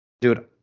dude